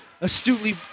astutely